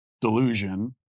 delusion